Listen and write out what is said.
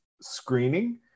screening